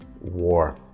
war